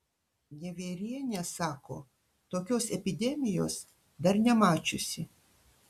nevierienė sako tokios epidemijos dar nemačiusi